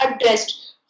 addressed